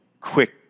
quick